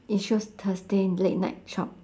it shows thursday late night shop